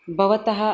भवतः